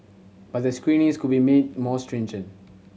but the screenings could be made more stringent